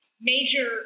major